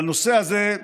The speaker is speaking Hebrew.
בנושא הזה,